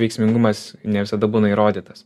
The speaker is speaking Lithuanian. veiksmingumas ne visada būna įrodytas